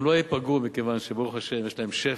הן לא ייפגעו, מכיוון שברוך השם יש להן שפע.